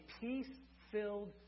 peace-filled